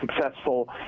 successful